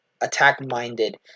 attack-minded